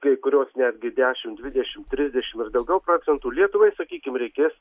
kai kurios netgi dešimt dvidešimt trisdešimt ir daugiau procentų lietuvai sakykime reikės